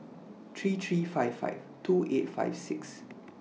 three three five five two eight five six